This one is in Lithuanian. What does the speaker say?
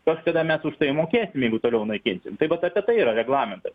kažkada mes už tai mokėsim jeigu toliau naikinsim tai vat apie tai yra reglamentas